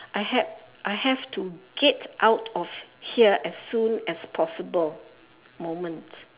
I had I have to get out of here as soon as possible moment